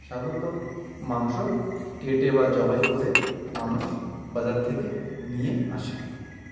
সাধারণত মাংস কেটে বা জবাই করে মানুষ বাজার থেকে নিয়ে আসে